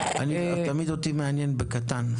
אותי תמיד מעניין בקטן.